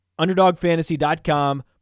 UnderdogFantasy.com